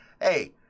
hey